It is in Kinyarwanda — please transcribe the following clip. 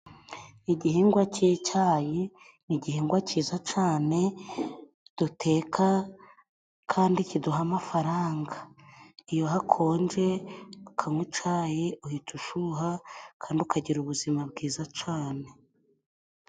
Igihingwa c'icayi ni igihingwa ciza cane, duteka kandi kiduha amafaranga. Iyo hakonje ukanwa icayi uhita ushuha kandi ukagira ubuzima bwiza cane.